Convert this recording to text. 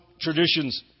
traditions